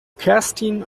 kerstin